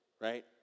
right